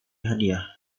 hadiah